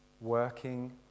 working